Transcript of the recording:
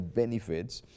benefits